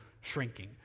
shrinking